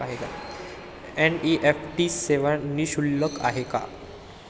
NEFT सेवा निःशुल्क आहे का?